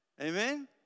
Amen